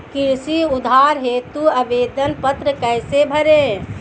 कृषि उधार हेतु आवेदन पत्र कैसे भरें?